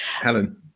helen